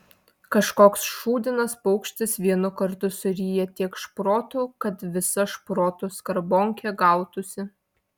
kažkoks šūdinas paukštis vienu kartu suryja tiek šprotų kad visa šprotų skarbonkė gautųsi